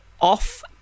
off